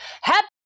Happy